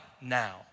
now